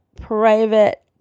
private